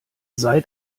seid